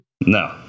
No